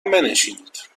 بنشینید